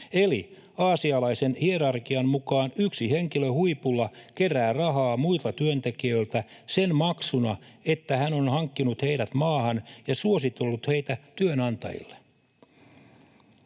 Eli aasialaisen hierarkian mukaan yksi henkilö huipulla kerää rahaa muilta työntekijöiltä sen maksuna, että hän on hankkinut heidät maahan ja suositellut heitä työnantajille.